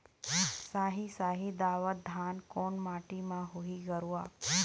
साही शाही दावत धान कोन माटी म होही गरवा?